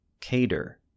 Cater